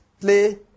play